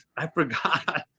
i forgot.